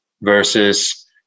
versus